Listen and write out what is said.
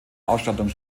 ausstattung